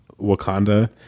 Wakanda